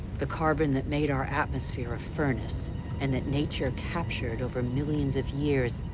the carbon that made our atmosphere a furnace and that nature captured over millions of years,